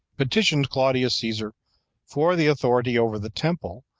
petitioned claudius caesar for the authority over the temple,